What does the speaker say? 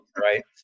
right